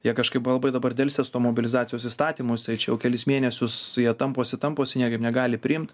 jie kažkaip labai dabar delsia su tuo mobilizacijos įstatymu jisai čia jau kelis mėnesius su juo tamposi tamposi niekaip negali priimt